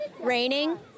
raining